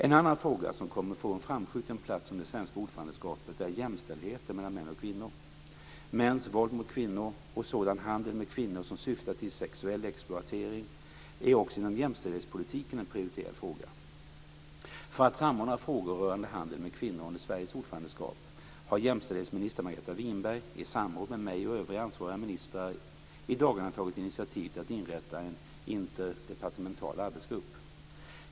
En annan fråga som kommer få en framskjuten plats under det svenska ordförandeskapet är jämställdheten mellan män och kvinnor. Mäns våld mot kvinnor och sådan handel med kvinnor som syftar till sexuell exploatering är inom jämställdhetspolitiken en prioriterad fråga. För att samordna frågor rörande handel med kvinnor under Sveriges ordförandeskap har jämställdhetsminister Margareta Winberg i samråd med mig och övriga ansvariga ministrar i dagarna tagit initiativ till att inrätta en interdepartemental arbetsgrupp.